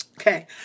Okay